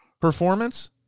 performance